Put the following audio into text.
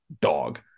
dog